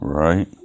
right